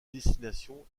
destination